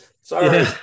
Sorry